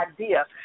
idea